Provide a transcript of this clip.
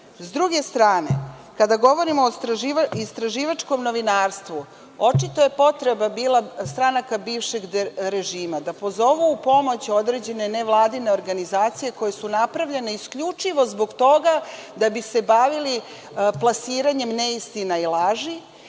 druge strane, kada govorimo o istraživačkom novinarstvu, očito je potreba stranaka bivšeg režima bila da pozovu u pomoć određene nevladine organizacije koje su napravljene isključivo zbog toga da bi se bavili plasiranjem neistina i laži.